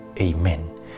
Amen